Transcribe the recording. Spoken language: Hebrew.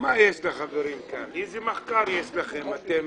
איזה מחקר יש לחברים פה, אתם